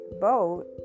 boat